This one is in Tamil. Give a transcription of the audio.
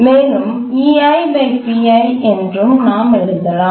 மேலும் என்றும் நாம் எழுதலாம்